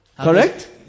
Correct